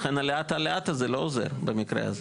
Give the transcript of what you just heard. לכן הלאט הלאט הזה לא עוזר במקרה הזה.